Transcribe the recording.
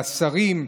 והשרים,